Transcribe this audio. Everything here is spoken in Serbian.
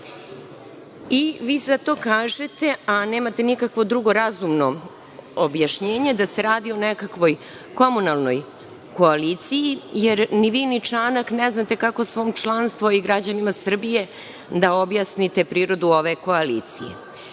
Vi za to kažete, a nemate nikakvo nikakvo drugo razumno objašnjenje da se radi o nekakvoj komunalnoj koaliciji, jer ni vi ni Čanak ne znate kako svom članstvu i građanima Srbije da objasnite prirodu ove koalicije. Iz